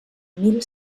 mil